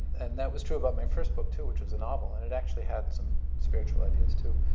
and that was true about my first book, too, which was a novel. and it actually had some spiritual ideas too.